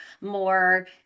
more